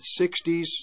60s